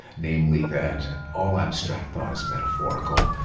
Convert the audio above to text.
namely that all abstract thought is metaphorical,